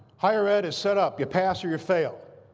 higher ed is set up you pass or you fail.